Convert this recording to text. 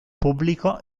pubblico